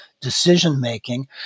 decision-making